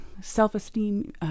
self-esteem